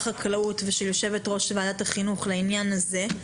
חקלאות ושל יושבת-ראש ועדת החינוך לעניין הזה,